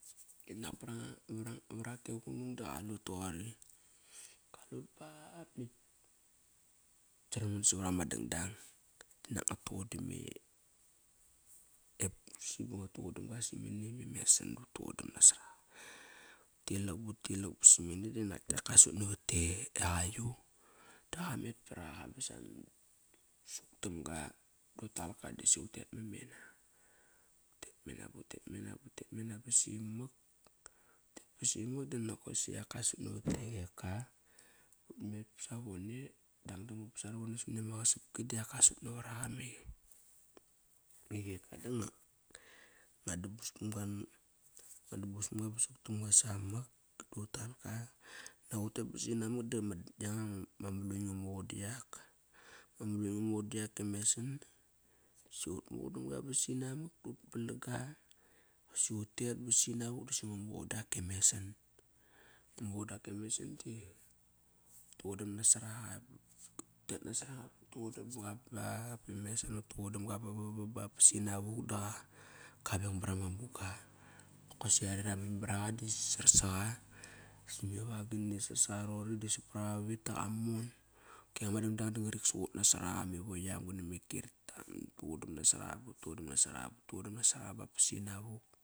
Ngiat hagot paranga var ak ke qunung da qalut toqori. Kalut bap nakt saram savar ama dang dang inak nga tuqudame e pusi ba ngat tugudam ga samani me mesan. Du tuqudam nasraqa. Ut lilak, but tilak ba simene diak ka sut navat e qayu. Daqa met par aqa basa soktamga clut talka disi utet mam mena. Utet mena, bu tet mena ba utet mena ba simak, basi mak dinokosi aka sut navat e qeka. Utmet ba savone dangdam mut ba sarovone sa mani ama qasapki diak kasut navar aqa me qeka, da ngua dubus pamga, ngua dubus pamga ba suk tam ga samak da utal ka. Dap utet ba sinamak dama, yanga ma malur nga muqun da yak, MA malun nga mugun da yak e mesan, si utmuqundamga ba sinamak dut palang ga. Si utet ba sinavuk dosi ngua muqun dak e mesan. Ngua mugun diak e mesan di utuqudam nasaraqa, utet nasoraqa, but tet nasora qa bu tugudam ga ba Koveng bar ama muga. Kosi are raman baraga di sarsaqa sime vagini. Sarsaqa roqori da sap par aqa vit da qamon. Kiama dang dang da ngarik sugut nasaraga, Me voyam gana me kirta nga tuqudam nasor aqa, ba nga tugu dam nasoraga, nga tugudam nasaraqa ba ba sinavuk.